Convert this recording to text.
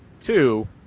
two